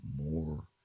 more